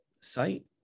site